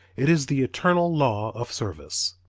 it is the eternal law of service.